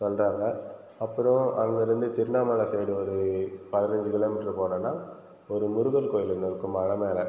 சொல்றாங்க அப்புறம் அங்கேருந்து திருவண்ணாமல சைட் வந்து பதினஞ்சு கிலோமீட்டர் போனோம்னா ஒரு முருகன் கோவில் ஒன்று இருக்கும் மலை மேல்